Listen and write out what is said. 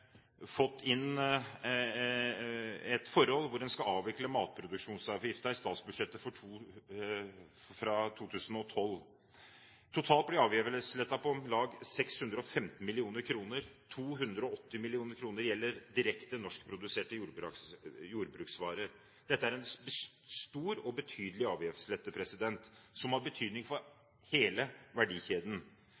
fått inn at en skal avvikle matproduksjonsavgiften i statsbudsjettet for 2012. Totalt blir avgiftsletten på om lag 615 mill. kr. 280 mill. kr gjelder direkte norskproduserte jordbruksvarer. Dette er en stor og betydelig avgiftslette som har betydning for